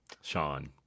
Sean